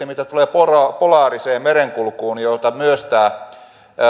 mitä tulee erityisesti polaariseen merenkulkuun jota tämä